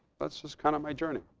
but it's just kind of my journey.